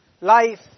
life